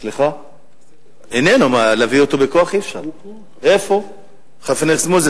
היות שחבר הכנסת מוזס